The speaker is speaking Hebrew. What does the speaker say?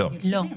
לא,